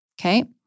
Okay